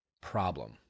problem